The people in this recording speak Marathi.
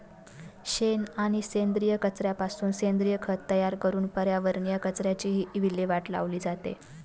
शेण आणि सेंद्रिय कचऱ्यापासून सेंद्रिय खत तयार करून पर्यावरणीय कचऱ्याचीही विल्हेवाट लावली जाते